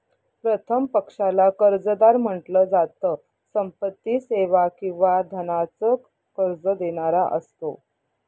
प्रथम पक्षाला कर्जदार म्हंटल जात, संपत्ती, सेवा किंवा धनाच कर्ज देणारा असतो